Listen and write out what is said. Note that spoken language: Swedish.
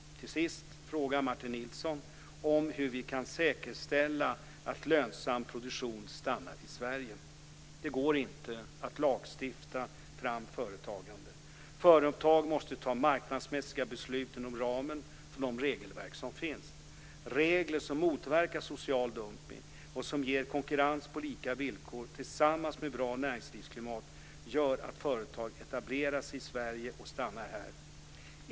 Till sist frågar Martin Nilsson hur vi kan säkerställa att lönsam produktion stannar i Sverige. Det går inte att lagstifta fram företagande. Företag måste ta marknadsmässiga beslut inom ramen för de regelverk som finns. Regler som motverkar social dumpning och som ger konkurrens på lika villkor tillsammans med bra näringslivsklimat gör att företag etablerar sig i Sverige och stannar här.